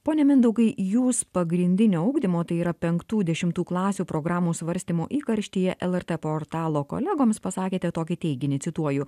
pone mindaugai jūs pagrindinio ugdymo tai yra penktų dešimtų klasių programų svarstymo įkarštyje lrt portalo kolegoms pasakėte tokį teiginį cituoju